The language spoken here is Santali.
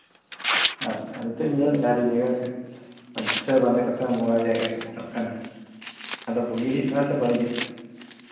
ᱟᱪᱪᱷᱟ ᱱᱤᱛᱚᱜ ᱤᱧ ᱧᱮᱞᱮᱫᱼᱟ ᱟᱹᱰᱤ ᱡᱟᱭᱜᱟ ᱨᱮ ᱯᱟᱹᱧᱪᱤ ᱥᱟᱹᱲᱤ ᱵᱟᱸᱫᱮ ᱠᱟᱛᱮᱫ ᱦᱚᱸ ᱵᱚᱸᱜᱟ ᱡᱟᱭᱜᱟ ᱠᱚ ᱥᱮᱱᱚᱜ ᱠᱟᱱᱟ ᱟᱫᱚ ᱵᱩᱜᱤ ᱦᱩᱭᱩᱜ ᱠᱟᱱᱟ ᱵᱟᱹᱲᱤᱡᱚᱜ ᱠᱟᱱᱟ